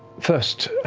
first,